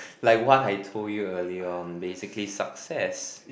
like what I told you earlier on basically success